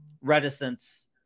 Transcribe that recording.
reticence